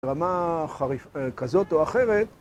רמה חריף כזאת או אחרת